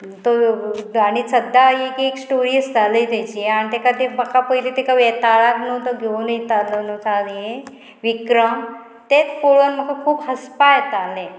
तो आनी सद्दां एक एक स्टोरी आसताली तेची आनी तेका तें म्हाका पयली तेका वेतळाक न्हू तो घेवन येतालो न्हू ताल विक्रम तेच पळोवन म्हाका खूब हसपा येताले